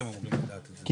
החשמל.